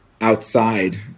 outside